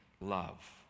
love